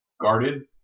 guarded